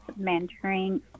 mentoring